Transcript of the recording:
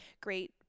Great